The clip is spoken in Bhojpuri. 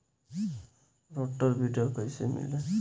रोटर विडर कईसे मिले?